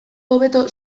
hobeto